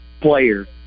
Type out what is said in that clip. players